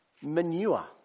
manure